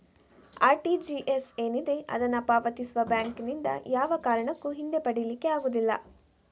RTGS ಏನಿದೆ ಅದನ್ನ ಪಾವತಿಸುವ ಬ್ಯಾಂಕಿನಿಂದ ಯಾವ ಕಾರಣಕ್ಕೂ ಹಿಂದೆ ಪಡೀಲಿಕ್ಕೆ ಆಗುದಿಲ್ಲ